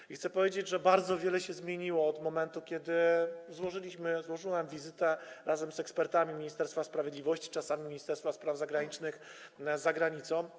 I chcę powiedzieć, że bardzo wiele się zmieniło od momentu, kiedy złożyłem wizytę - razem z ekspertami Ministerstwa Sprawiedliwości, czasami Ministerstwa Spraw Zagranicznych - za granicą.